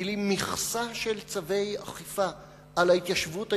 מכסה של צווי אכיפה על ההתיישבות היהודית,